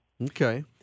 Okay